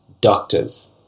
doctors